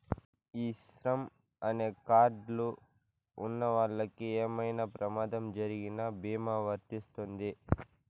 ఈ శ్రమ్ అనే కార్డ్ లు ఉన్నవాళ్ళకి ఏమైనా ప్రమాదం జరిగిన భీమా వర్తిస్తుంది